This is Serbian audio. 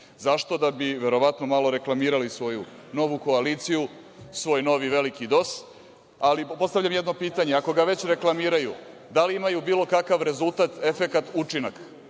Zašto? Da bi verovatno malo reklamirali svoju novu koaliciju, svoj novi veliki DOS. Ali, postavljam jedno pitanje – ako ga već reklamiraju, da li imaju bilo kakav rezultat, efekat, učinak?